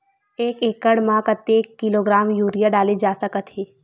एक एकड़ म कतेक किलोग्राम यूरिया डाले जा सकत हे?